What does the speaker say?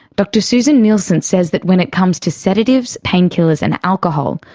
dr suzanne nielsen says that when it comes to sedatives, painkillers and alcohol,